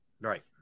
Right